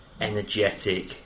energetic